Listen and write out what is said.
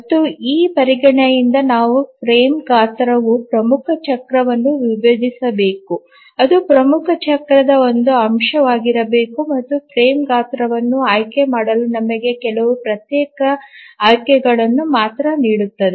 ಮತ್ತು ಈ ಪರಿಗಣನೆಯಿಂದ ನಾವು ಫ್ರೇಮ್ ಗಾತ್ರವು ಪ್ರಮುಖ ಚಕ್ರವನ್ನು ವಿಭಜಿಸಬೇಕು ಅದು ಪ್ರಮುಖ ಚಕ್ರದ ಒಂದು ಅಂಶವಾಗಿರಬೇಕು ಮತ್ತು ಫ್ರೇಮ್ ಗಾತ್ರವನ್ನು ಆಯ್ಕೆ ಮಾಡಲು ನಮಗೆ ಕೆಲವು ಪ್ರತ್ಯೇಕ ಆಯ್ಕೆಗಳನ್ನು ಮಾತ್ರ ನೀಡುತ್ತದೆ